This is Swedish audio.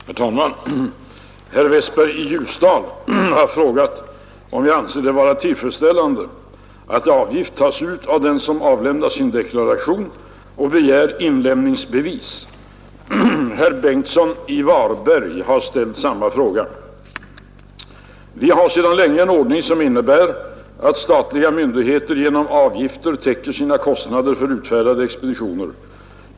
Herr talman! Herr Westberg i Ljusdal har frågat mig om jag anser det vara tillfredsställande att avgift tas ut av den som avlämnar sin deklaration och begär inlämningsbevis. Herr Karl Bengtsson i Varberg har ställt samma fråga. Vi har sedan länge en ordning som innebär, att statliga myndigheter genom avgifter täcker sina kostnader för utfärdade expeditioner.